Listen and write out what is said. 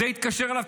זה התקשר אליו,